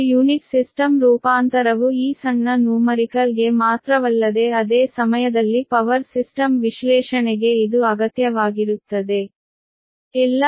ಈ per unit system ರೂಪಾಂತರವು ಈ ಸಣ್ಣ ನೂಮರಿಕಲ್ ಗೆ ಮಾತ್ರವಲ್ಲದೆ ಅದೇ ಸಮಯದಲ್ಲಿ ಪವರ್ ಸಿಸ್ಟಮ್ ವಿಶ್ಲೇಷಣೆಗೆ ಇದು ಅಗತ್ಯವಾಗಿರುತ್ತದೆ